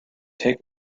take